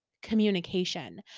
communication